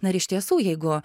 na ir iš tiesų jeigu